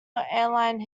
airline